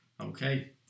Okay